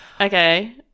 Okay